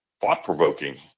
thought-provoking